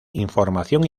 información